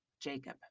Jacob